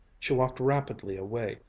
she walked rapidly away,